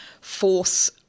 force